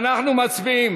אנחנו מצביעים